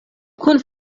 kun